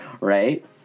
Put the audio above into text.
right